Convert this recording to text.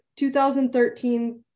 2013